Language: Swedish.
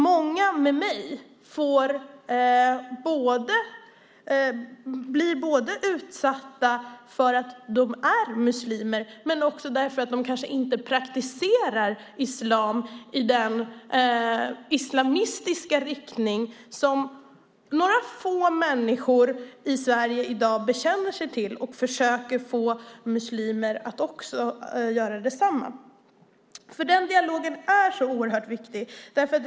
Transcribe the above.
Många med mig blir utsatta både för att de är muslimer och för att de inte praktiserar islam i den islamistiska riktning som några få människor i Sverige i dag bekänner sig till samtidigt som de försöker få andra muslimer att göra detsamma. Den dialogen är oerhört viktig.